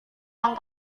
yang